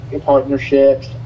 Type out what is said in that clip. partnerships